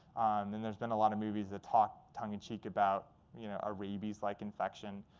and there's been a lot of movies that talk tongue in cheek about you know a rabies-like infection.